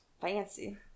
Fancy